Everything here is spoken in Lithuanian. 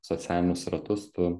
socialinius ratus tu